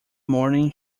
morning